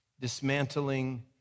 Dismantling